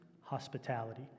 hospitality